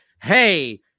Hey